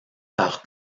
par